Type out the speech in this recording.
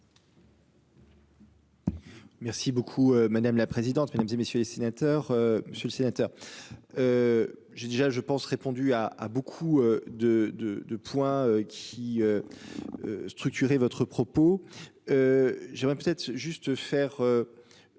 Merci beaucoup madame la présidente, mesdames et messieurs les sénateurs. Monsieur le sénateur. J'ai déjà, je pense, répondu à à beaucoup de de 2. Qui. Structuré votre propos. J'aimerais peut-être juste faire.